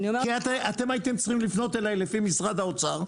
אתם הייתם צריכים לפנות אליי לפי משרד האוצר,